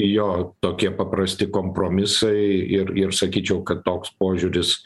jo tokie paprasti kompromisai ir ir sakyčiau kad toks požiūris